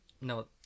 no